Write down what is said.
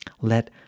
let